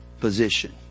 position